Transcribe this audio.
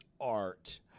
art